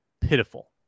pitiful